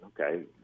okay